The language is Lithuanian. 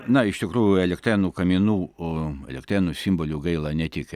na iš tikrųjų elektrėnų kaminų o elektrėnų simboliu gaila ne tik